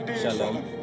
shalom